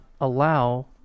allow